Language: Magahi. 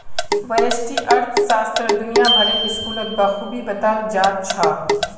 व्यष्टि अर्थशास्त्र दुनिया भरेर स्कूलत बखूबी बताल जा छह